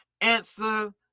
Answer